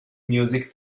music